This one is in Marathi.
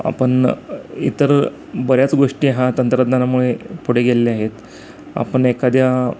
आपण इतर बऱ्याच गोष्टी हा तंत्रज्ञानामुळे पुढे गेलेले आहेत आपण एखाद्या